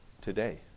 today